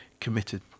committed